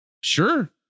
sure